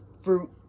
fruit